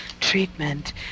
treatment